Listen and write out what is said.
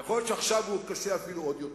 יכול להיות שעכשיו הוא קשה אפילו יותר.